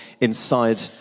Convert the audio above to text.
inside